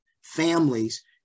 families